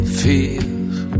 feels